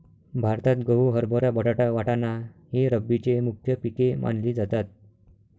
भारतात गहू, हरभरा, बटाटा, वाटाणा ही रब्बीची मुख्य पिके मानली जातात